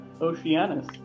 Oceanus